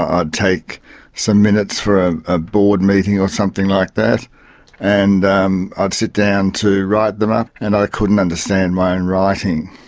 i'd take some minutes for a board meeting or something like that and i'd sit down to write them up and i couldn't understand my own writing.